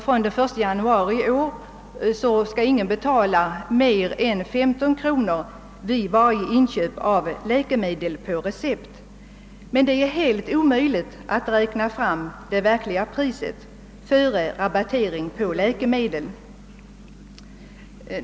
Som bekant skall emellertid från och med den 1 januari i år ingen betala mer än 15 kronor vid varje inköp av läkemedel på ett recept. Det är helt omöjligt att räkna fram det verkliga priset före rabattering på ett läkemedel.